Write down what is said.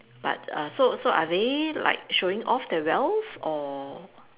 but err so so are they like showing off their wealth or